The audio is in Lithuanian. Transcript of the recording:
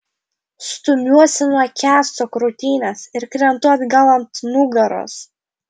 stumiuosi nuo kęsto krūtinės ir krentu atgal ant nugaros